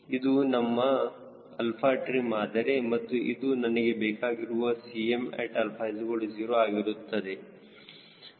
ಇದು ನಮ್ಮ 𝛼trim ಆದರೆ ಮತ್ತು ಇದು ನನಗೆ ಬೇಕಾಗಿರುವ 𝐶mat αO ಆಗಿರುತ್ತದೆ